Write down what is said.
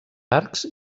arcs